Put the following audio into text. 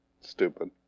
Stupid